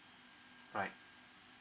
right